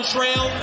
Trail